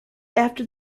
after